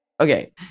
Okay